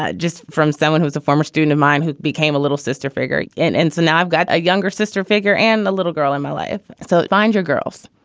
ah just from someone who was a former student of mine who became a little sister figure. and so now i've got a younger sister figure and the little girl in my life. so find your girls.